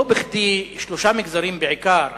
לא בכדי שלושה מגזרים בעיקר,